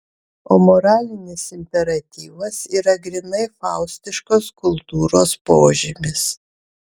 o moralinis imperatyvas yra grynai faustiškos kultūros požymis